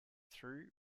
through